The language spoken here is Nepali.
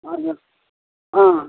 हजुर